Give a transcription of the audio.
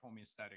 homeostatic